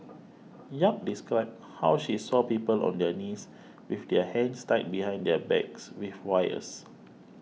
Yap described how she saw people on their knees with their hands tied behind their backs with wires